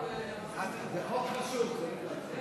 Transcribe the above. זה חוק חשוב.